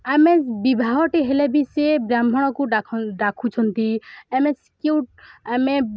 ଆମେ ବିବାହଟି ହେଲେ ବି ସେ ବ୍ରାହ୍ମଣକୁ ଡ଼ାଖୁଛନ୍ତି ଆମେ ଆମେ